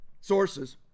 sources